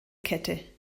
kette